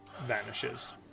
vanishes